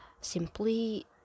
simply